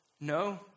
No